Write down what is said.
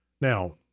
Now